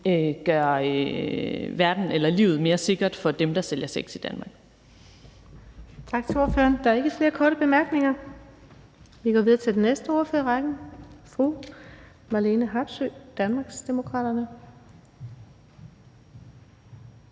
gør verden eller livet mere sikkert for dem, der sælger sex i Danmark.